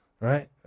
right